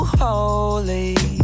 holy